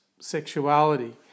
sexuality